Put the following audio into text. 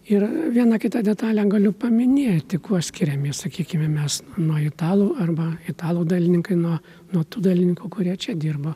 ir vieną kitą detalę galiu paminėti kuo skiriamės sakykime mes nuo italų arba italų dailininkai nuo nuo tų dailininkų kurie čia dirba